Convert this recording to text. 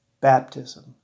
Baptism